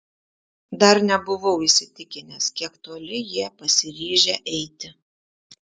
dar nebuvau įsitikinęs kiek toli jie pasiryžę eiti